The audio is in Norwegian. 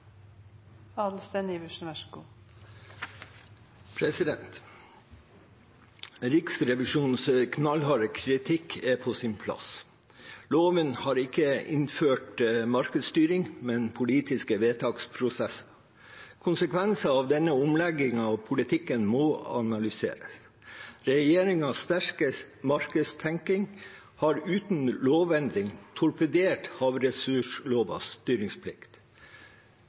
Riksrevisjonens knallharde kritikk er på sin plass. Loven har ikke innført markedsstyring, men politiske vedtaksprosesser. Konsekvenser av denne omleggingen av politikken må analyseres. Regjeringens sterke markedstenkning har uten lovendring torpedert havressurslovens styringsplikt.